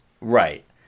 Right